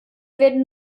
werden